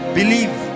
Believe